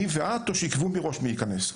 אני ואת או שיקבעו מראש מי ייכנס?